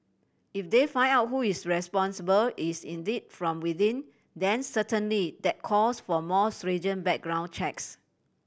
if they find out who is responsible is indeed from within then certainly that calls for more stringent background checks